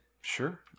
sure